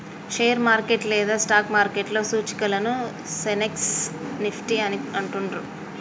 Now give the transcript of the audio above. share market లేదా stock మార్కెట్లో సూచీలను సెన్సెక్స్, నిఫ్టీ అని అంటుండ్రు